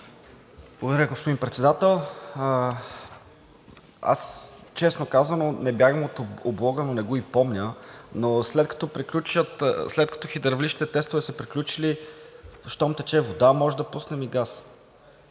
Благодаря, господин Председател. Аз, честно казано, не бягам от облога, не го и помня, но след като хидравличните тестове са приключили – щом тече вода, може да пуснем и газ.